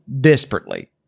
desperately